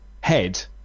head